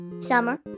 Summer